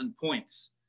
points